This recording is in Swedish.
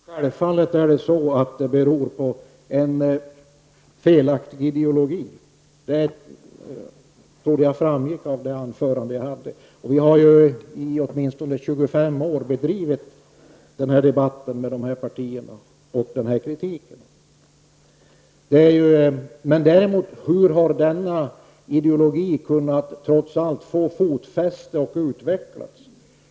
Herr talman! Självfallet är det så att problemen beror på en felaktig ideologi. Det trodde jag framgick av det anförande jag nyss höll. Vi har ju i åtminstone 25 år fört samma debatt med samma partier och fått ta emot samma kritik. Hur har då denna ideologi trots allt kunnat få fotfäste och utvecklas?